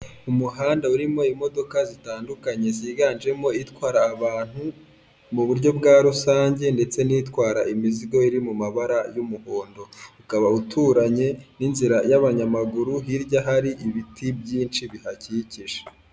Umuhanda urimo imodoka zitandukanye ziganjemo itwara abantu, mu buryo bwa rusange ndetse n'itwara imizigo iri mu mabara y'umuhondo. Ukaba uturanye n'inzira y'abanyamaguru hirya hari ibiti byinshi bihakikije.